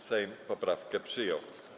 Sejm poprawkę przyjął.